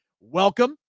welcome